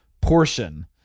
portion